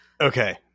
Okay